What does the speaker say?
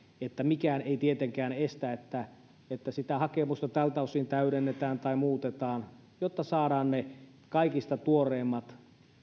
että mikään ei tietenkään estä että että sitä hakemusta tältä osin täydennetään tai muutetaan jotta saadaan ne kaikista tuoreimmat